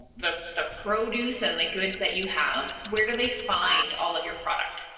the the produce and the goods that you have, where do they find all of your product?